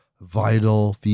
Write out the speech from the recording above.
vital